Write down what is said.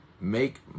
make